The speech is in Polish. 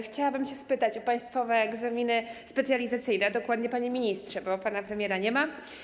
Chciałabym spytać o państwowe egzaminy specjalizacyjne, dokładniej: panie ministrze, bo pana premiera nie ma.